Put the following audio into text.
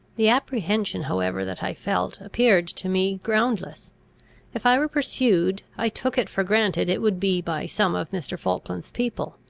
the apprehension however that i felt, appeared to me groundless if i were pursued, i took it for granted it would be by some of mr. falkland's people,